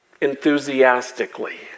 enthusiastically